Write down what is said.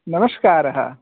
नमस्कारः